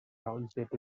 township